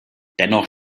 dennoch